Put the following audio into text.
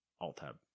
Alt-tab